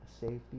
safety